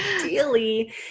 Ideally